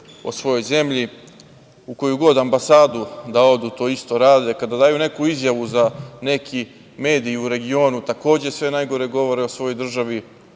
o svojoj zemlji. U koju god ambasadu da odu, oni to isto rade i kada daju neku izjavu za neki mediji u regionu, takođe sve najgore govore o svojoj